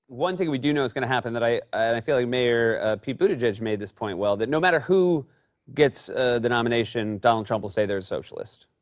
one thing we do know is going to happen, i i feel like mayor pete buttigieg made this point well, that no matter who gets the nomination, donald trump will say they're a socialist.